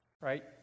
Right